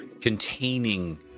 containing